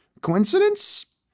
Coincidence